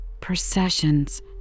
processions